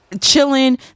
Chilling